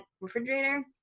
refrigerator